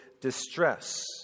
distress